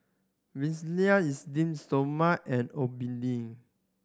Esteem Stoma and Obimin